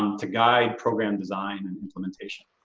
um to guide program design and implementation.